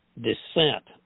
dissent